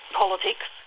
politics